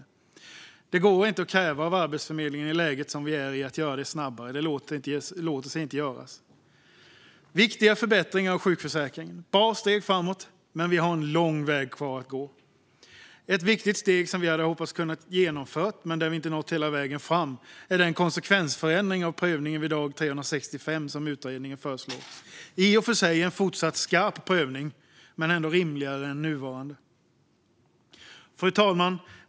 I det läge som vi är i går det inte att kräva att Arbetsförmedlingen ska göra det snabbare; det låter sig inte göras. Detta är viktiga förbättringar av sjukförsäkringen och bra steg framåt, men vi har en lång väg kvar att gå. Ett viktigt steg som vi hade hoppats kunna ta men där vi inte nått hela vägen fram är den konsekvensförändring av prövningen vid dag 365 som utredningen föreslår. Det är i och för sig en fortsatt skarp prövning, men den är ändå rimligare än den nuvarande. Fru talman!